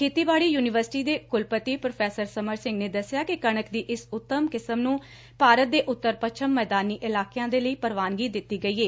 ਖੇਤੀਬਾੜੀ ਯੁਨੀਵਰਸਿਟੀ ਦੇ ਕੁਲਪਤੀ ਪ੍ਰੋਫੈਸਰ ਸਮਰ ਸਿੰਘ ਨੇ ਦਸਿਆ ਕਿ ਕਣਕ ਦੀ ਇਸ ਉੱਤਮ ਕਿਸਮ ਨੂੰ ਭਾਰਤ ਦੇ ਉੱਤਰ ਪੱਛਮ ਮੈਦਾਨੀ ਇਲਾਕਿਆ ਦੇ ਲਈ ਪ੍ਰਵਾਨਗੀ ਦਿੱਤੀ ਗਈ ਏ